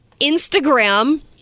Instagram